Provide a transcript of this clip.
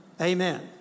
Amen